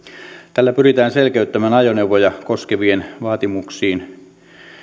tällä pyritään selkeyttämään ajoneuvoja koskeviin vaatimuksiin